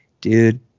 dude